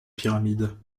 pyramide